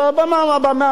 אני הייתי מסתנן.